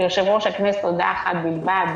ליושב ראש הכנסת הודעה אחת בלבד,